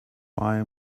buy